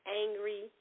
angry